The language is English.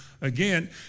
again